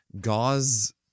gauze